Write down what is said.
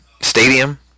stadium